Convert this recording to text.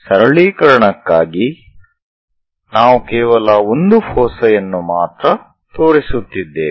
ಸರಳೀಕರಣಕ್ಕಾಗಿ ನಾವು ಕೇವಲ ಒಂದು ಫೋಸೈ ಯನ್ನು ಮಾತ್ರ ತೋರಿಸುತ್ತಿದ್ದೇವೆ